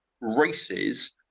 races